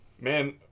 Man